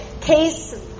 case